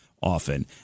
often